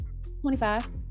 $25